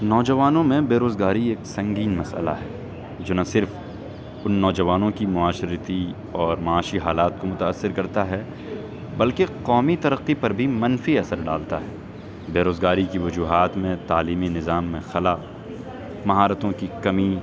نوجوانوں میں بے روزگاری ایک سنگین مسئلہ ہے جو نہ صرف ان نوجوانوں کی معاشرتی اور معاشی حالات کو متأثر کرتا ہے بلکہ قومی ترقی پر بھی منفی اثر ڈالتا ہے بے روزگاری کی وجوہات میں تعلیمی نظام میں خلا مہارتوں کی کمی